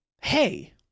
hey